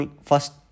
First